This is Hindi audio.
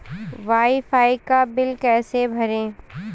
वाई फाई का बिल कैसे भरें?